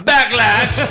Backlash